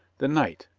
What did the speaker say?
the night